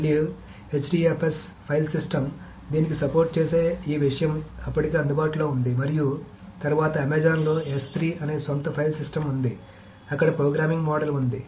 మళ్లీ HDFS file system దీనికి support చేసే ఈ విషయం ఇప్పటికే అందుబాటులో ఉంది మరియు తర్వాత అమెజాన్లో S 3 అనే సొంత ఫైల్ సిస్టమ్ ఉంది అక్కడ ప్రోగ్రామింగ్ మోడల్ ఉంది